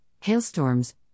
hailstorms